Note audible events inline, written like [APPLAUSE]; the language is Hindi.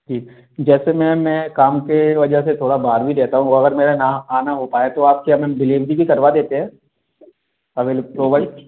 जी जैसे मैम मैं काम के वजह से थोड़ा बाहर भी रहता हूँ अगर मेरा ना आना हो पाए तो आप क्या मैम डिलीवरी भी करवा देते हैं [UNINTELLIGIBLE]